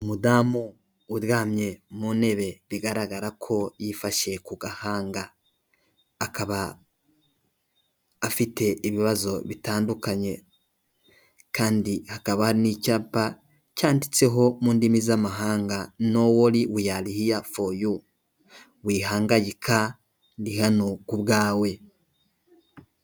Umudamu uryamye mu ntebe bigaragara ko yifashe ku gahanga, akaba afite ibibazo bitandukanye kandi hakaba hari n'icyapa cyanditseho mu ndimi z'amahanga No worry we are here for you, wihangayika ndi hano ku bwawe.